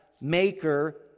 maker